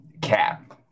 Cap